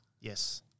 Yes